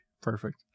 Perfect